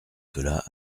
cela